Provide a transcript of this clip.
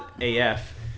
AF